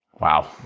Wow